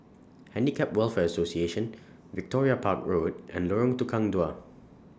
Handicap Welfare Association Victoria Park Road and Lorong Tukang Dua